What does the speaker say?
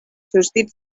susdit